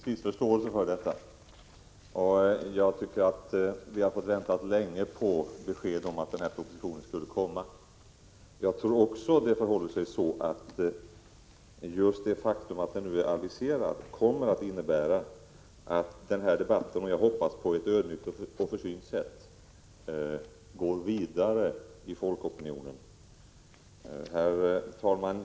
Herr talman! Jag har naturligtvis viss förståelse för detta. Vi har fått vänta länge på besked om att denna proposition skulle komma. Jag tror också att just det faktum att den nu är aviserad kommer att innebära att denna debatt — på ett som jag hoppas ödmjukt och försynt sätt — förs vidare i vårt land. Herr talman!